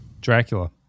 Dracula